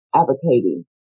advocating